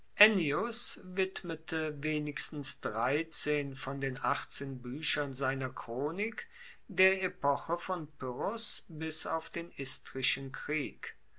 ennius widmete wenigstens dreizehn von den achtzehn buechern seiner chronik der epoche von pyrrhos bis auf den istrischen krieg